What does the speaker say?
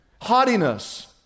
Haughtiness